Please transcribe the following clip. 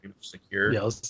secure